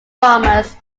farmers